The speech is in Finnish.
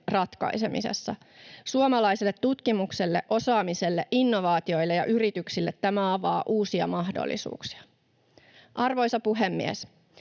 ratkaisemisessa. Suomalaiselle tutkimukselle, osaamiselle, innovaatioille ja yrityksille tämä avaa uusia mahdollisuuksia.” Arvoisa puhemies!